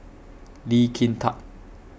Lee Kin Tat